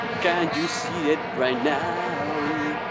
can you see it right now?